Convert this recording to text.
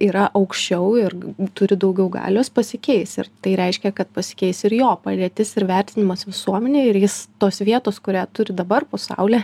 yra aukščiau ir turi daugiau galios pasikeis ir tai reiškia kad pasikeis ir jo padėtis ir vertinimas visuomenėje ir jis tos vietos kurią turi dabar po saule